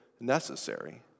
necessary